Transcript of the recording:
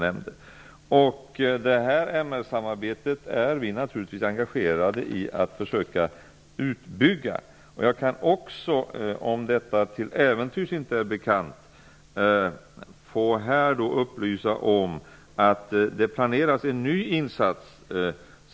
Vi är naturligtvis engagerade i att försöka bygga ut detta MR-samarbete. Om det till äventyrs inte är bekant kan jag också upplysa om att det planeras en ny insats.